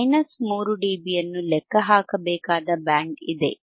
3 ಡಿಬಿಯನ್ನು ಲೆಕ್ಕಹಾಕಬೇಕಾದ ಬ್ಯಾಂಡ್ ಇದೆ